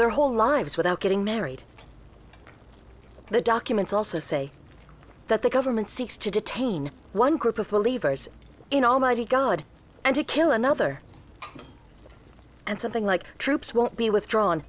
their whole lives without getting married the documents also say that the government seeks to detain one group of believers in almighty god and to kill another and something like troops won't be withdrawn